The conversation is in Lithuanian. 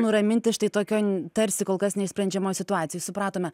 nuraminti štai tokioj tarsi kol kas neišsprendžiamoj situacijoj supratome